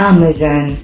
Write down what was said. Amazon